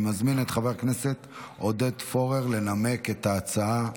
אני מזמין את חבר הכנסת עודד פורר לנמק את ההצעה.